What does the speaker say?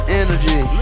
energy